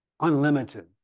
Unlimited